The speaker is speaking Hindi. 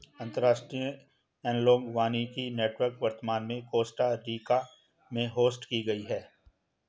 अंतर्राष्ट्रीय एनालॉग वानिकी नेटवर्क वर्तमान में कोस्टा रिका में होस्ट की गयी है